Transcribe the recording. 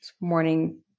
morning